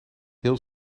heel